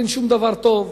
אין שום דבר טוב.